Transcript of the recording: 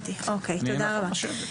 תודה רבה.